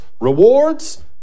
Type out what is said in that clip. rewards